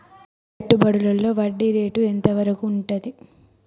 పెట్టుబడులలో వడ్డీ రేటు ఎంత వరకు ఉంటది?